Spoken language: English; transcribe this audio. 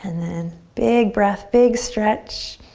and then big breath, big stretch.